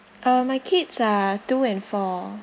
uh my kids are two and four